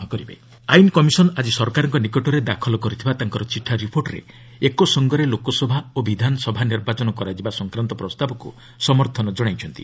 ଲଳ simultaneous polls ଆଇନ commission ଆଜି ସରକାରଙ୍କ ନିକଟରେ ଦାଖଲ କରିଥିବା ତାଙ୍କ ଚିଠା ରିପୋର୍ଟରେ ଏକସଙ୍ଗରେ ଲୋକସଭା ଓ ବିଧାନସଭା ନିର୍ବାଚନ କରାଯିବା ସଂକ୍ରାନ୍ତ ପ୍ରସ୍ତାବକୁ ସମର୍ଥନ ଜଣାଇଛନ୍ତି